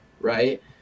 right